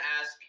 ask